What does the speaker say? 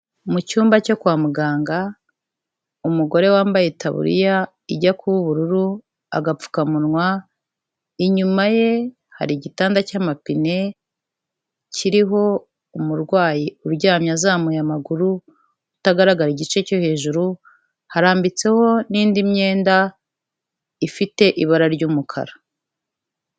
Mu cyumba cyo kwa muganga, umugore wambaye itaburiya ijya kuba ubururu agapfukamunwa, inyuma ye hari igitanda cy'amapine kiriho umurwayi uryamye azamuye amaguru, utagaragara igice cyo hejuru, harambitseho n'indi myenda ifite ibara ry'umukara.